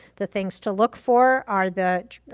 the things to look for are the,